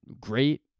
great